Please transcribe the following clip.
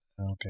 okay